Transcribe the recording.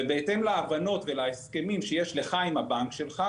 ובהתאם להבנות ולהסכמים שיש לך עם הבנק שלך,